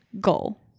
goal